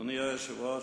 אדוני היושב-ראש,